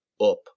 up